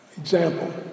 Example